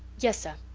yes, sir.